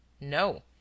No